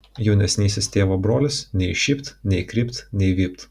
jaunesnysis tėvo brolis nei šypt nei krypt nei vypt